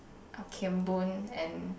oh Kian-Boon and